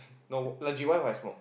no legit what If I smoke